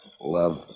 love